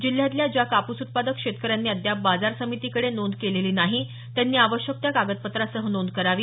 जिल्ह्यातल्या ज्या कापूस उत्पादक शेतकऱ्यांनी अद्याप बाजार समितीकडे नोंद केलेली नाही त्यांनी आवश्यक त्या कागदपत्रासह नोंद करावी